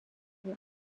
lage